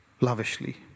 lavishly